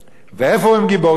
ואיפה הם גיבורים?